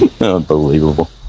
Unbelievable